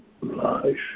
life